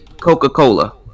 Coca-Cola